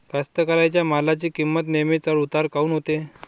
कास्तकाराइच्या मालाची किंमत नेहमी चढ उतार काऊन होते?